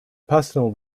personal